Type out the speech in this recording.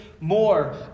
more